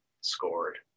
scored